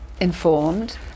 informed